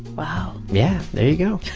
wow yeah. there you go